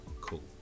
Cool